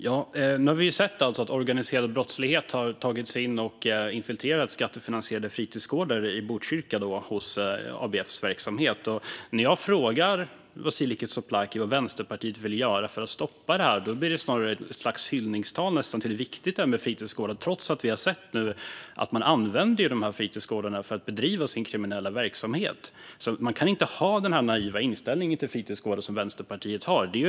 Herr talman! Nu har vi sett att organiserad brottslighet har tagit sig in i och infiltrerat skattefinansierade fritidsgårdar i Botkyrka hos ABF:s verksamhet. När jag frågar Vasiliki Tsouplaki vad Vänsterpartiet vill göra för att stoppa det blir det snarare nästan ett slags hyllningstal till hur viktigt det är med fritidsgårdar, trots att vi nu har sett att man använder fritidsgårdarna för att bedriva sin kriminella verksamhet. Man kan inte ha den naiva inställning till fritidsgårdar som Vänsterpartiet har.